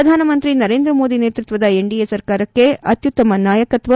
ಪ್ರಧಾನಮಂತ್ರಿ ನರೇಂದ್ರ ಮೋದಿ ನೇತೃತ್ವದ ಎನ್ಡಿಎ ಸರ್ಕಾರಕ್ಕೆ ಅತ್ಯುತ್ತಮ ನಾಯಕತ್ವ